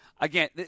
again